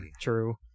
True